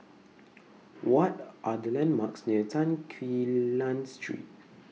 What Are The landmarks near Tan Quee Lan Street